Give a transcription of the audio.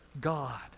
God